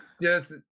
yes